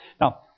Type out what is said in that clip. Now